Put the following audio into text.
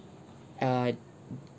err